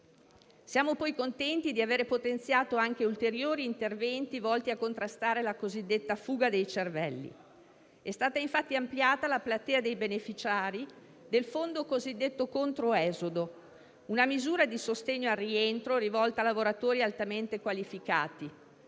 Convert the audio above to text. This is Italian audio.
Siamo contenti di avere potenziato ulteriori interventi volti a contrastare la cosiddetta fuga dei cervelli. È stata infatti ampliata la platea dei beneficiari del fondo cosiddetto controesodo, una misura di sostegno al rientro rivolta a lavoratori altamente qualificati,